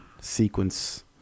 sequence